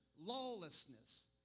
lawlessness